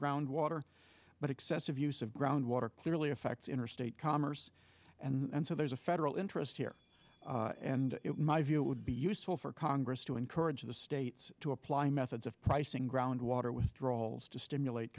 groundwater but excessive use of groundwater clearly affects interstate commerce and so there's a federal interest here and in my view it would be useful for congress to encourage the states to apply methods of pricing groundwater withdrawals to stimulate